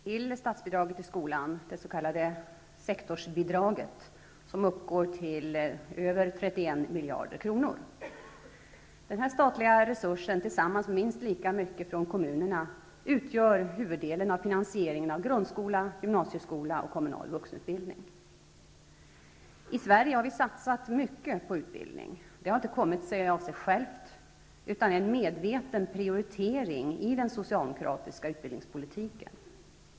Fru talman! I dag tar riksdagen ställning till statsbidraget till skolan, det s.k. sektorsbidraget som uppgår till över 31 miljarder kronor. Denna statliga resurs, tillsammans med minst lika mycket från kommunerna, utgör huvuddelen av finansieringen av grundskola, gymnasieskola och kommunal vuxenutbildning. I Sverige har vi satsat mycket på utbildning. Detta har inte kommit av sig självt utan är en medveten prioritering i den socialdemokratiska utbildningspolitiken.